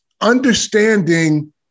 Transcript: understanding